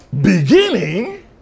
beginning